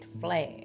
flag